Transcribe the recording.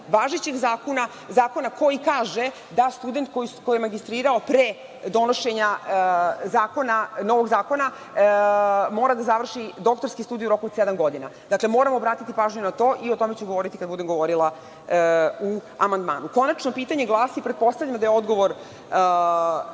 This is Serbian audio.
zakona, zakona koji kaže – da student koji je magistrirao pre donošenja novog zakona mora da završi doktorske studije u roku od sedam godina. Dakle, moramo obratiti pažnju na to i o tome ću govoriti kada budem govorila o amandmanu. Konačno pitanje glasi, pretpostavljam da je odgovor